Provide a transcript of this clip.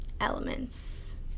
elements